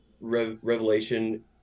revelation